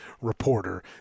reporter